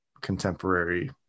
contemporary